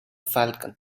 falcon